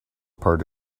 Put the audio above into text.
part